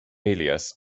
alias